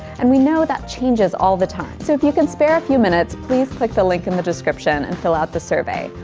and we know that changes all the time. so if you can spare a few minutes please click the link in the description and fill out the survey.